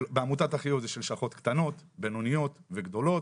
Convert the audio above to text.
בעמותת אחיעוז יש לשכות קטנות, בינוניות וגדולות,